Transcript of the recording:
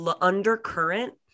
undercurrent